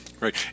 Right